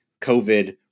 COVID